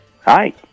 Hi